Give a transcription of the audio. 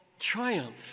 triumph